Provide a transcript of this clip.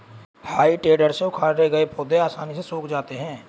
हेइ टेडर से उखाड़े गए पौधे आसानी से सूख जाते हैं